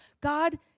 God